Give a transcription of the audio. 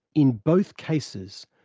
in both cases,